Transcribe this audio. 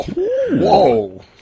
Whoa